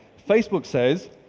facebook says,